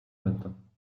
matins